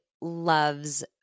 loves